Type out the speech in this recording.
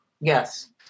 Yes